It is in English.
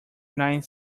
nine